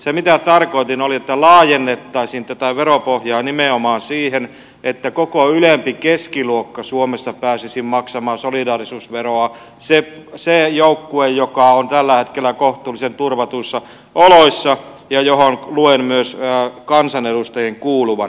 se mitä tarkoitin oli että laajennettaisiin tätä veropohjaa nimenomaan siihen että koko ylempi keskiluokka suomessa pääsisi maksamaan solidaarisuusveroa se joukkue joka on tällä hetkellä kohtuullisen turvatuissa oloissa ja johon luen myös kansanedustajien kuuluvan